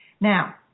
Now